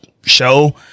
show